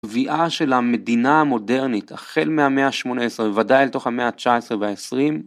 גוויעה של המדינה המודרנית החל מהמאה ה-18 ובוודאי אל תוך המאה ה-19 וה-20.